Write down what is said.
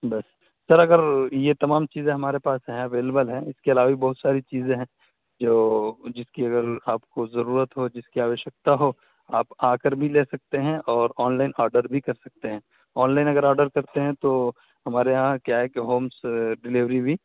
بس سر اگر یہ تمام چیزیں ہمارے پاس ہیں اویلیبل ہیں اس کے علاوہ بھی بہت ساری چیزیں ہیں جو جس کی اگر آپ کو ضرورت ہو جس کی آوشیکتا ہو آپ آ کر بھی لے سکتے ہیں اور آن لائن آڈر بھی کر سکتے ہیں آن لائن اگر آڈر کرتے ہیں تو ہمارے یہاں کیا ہے کہ ہومس ڈیلیوری بھی